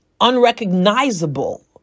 unrecognizable